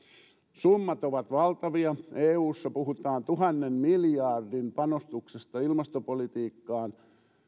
summat ovat valtavia eussa puhutaan tuhannen miljardin panostuksesta ilmastopolitiikkaan